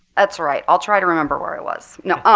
that's all right. i'll try to remember where i was. no. ah